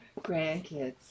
Grandkids